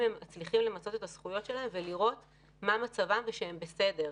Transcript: מצליחים למצות את הזכויות שלהם ולראות שהם בסדר.